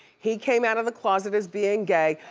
he came out of the closet as being gay,